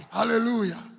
Hallelujah